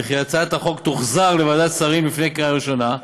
והצעת החוק תוחזר לוועדת השרים לפני קריאה ראשונה.